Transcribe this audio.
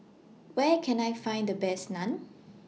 Where Can I Find The Best Naan